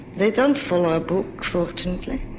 they don't follow a book fortunately.